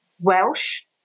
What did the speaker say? Welsh